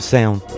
Sound